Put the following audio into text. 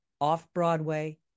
Off-Broadway